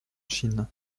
chine